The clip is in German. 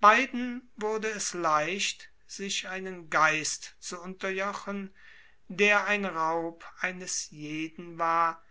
beiden wurde es leicht sich einen geist zu unterjochen der ein raub eines jeden war